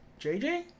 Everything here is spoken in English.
JJ